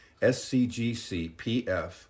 scgcpf